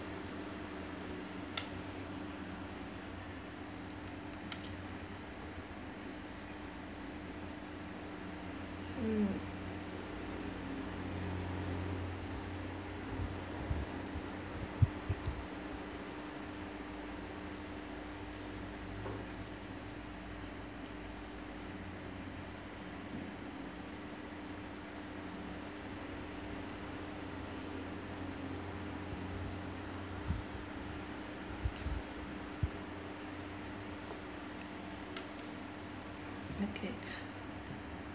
mm okay